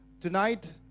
Tonight